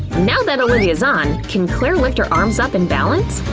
now that olivia's on, can claire lift her arms up and balance?